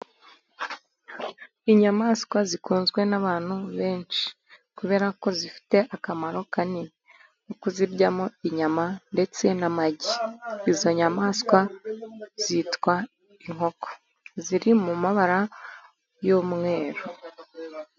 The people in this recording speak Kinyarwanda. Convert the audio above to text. Inyamaswa zikunzwe n'abantu benshi. Kubera ko zifite akamaro kanini. Nko kuziryamo inyama, ndetse n'amagi. Izo nyamaswa zitwa inkoko. ziri mu mabara y'umweru.